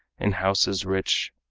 in houses rich,